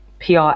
pr